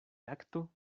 lakto